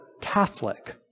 Catholic